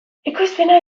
ekoizpena